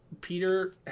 Peter